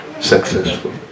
successful